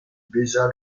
baisa